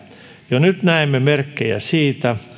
jo nyt näemme merkkejä siitä